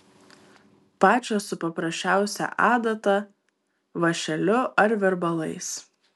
pačios su paprasčiausia adata vąšeliu ar virbalais